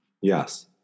Yes